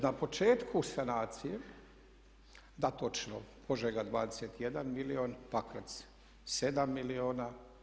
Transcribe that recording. Na početku sanacije, da točno Požega 21 milijun, Pakrac 7 milijuna.